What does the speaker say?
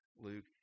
Luke